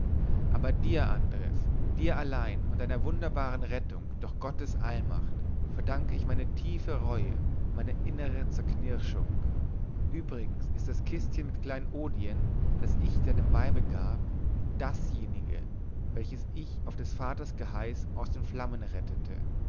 aber dir andres dir allein und deiner wunderbaren rettung durch gottes allmacht verdanke ich meine tiefe reue meine innere zerknirschung übrigens ist das kistchen mit kleinodien das ich deinem weibe gab dasjenige welches ich auf des vaters geheiß aus den flammen rettete